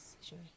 sure